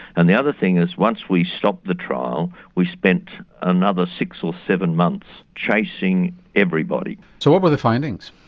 and the other thing is once we stopped the trial we spent another six or seven months chasing everybody. so what were the findings?